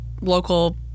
local